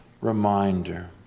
reminder